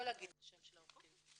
לא להגיד את השם של עורך הדין.